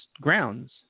grounds